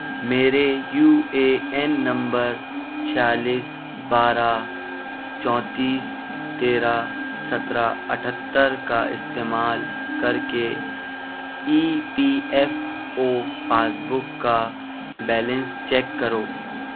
میرے U A N نمبر چھیالس بارہ چونتیس تیرہ سترہ اٹھہتر کا استعمال کر کے E P F O passbook کا بیلنس چیک کرو